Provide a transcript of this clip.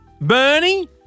Bernie